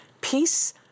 Peace